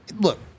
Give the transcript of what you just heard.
look